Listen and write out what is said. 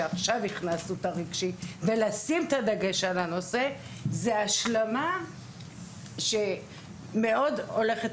שעכשיו הכנסנו את הרגשי זו השלמה מוצלחת מאוד.